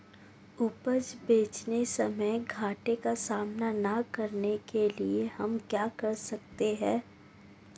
उपज बेचते समय घाटे का सामना न करने के लिए हम क्या कर सकते हैं?